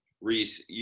Reese